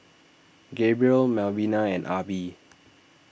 Gabriel Malvina and Arbie